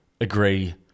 agree